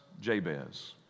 Jabez